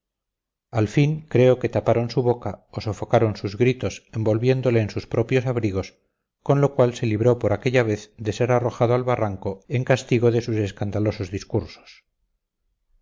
al fin creo que taparon su boca o sofocaron sus gritos envolviéndole en sus propios abrigos con lo cual se libró por aquella vez de ser arrojado al barranco en castigo de sus escandalosos discursos